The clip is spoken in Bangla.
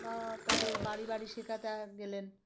বা তাদের বাড়ি বাড়ি শেখাতে গেলেন